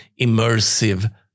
immersive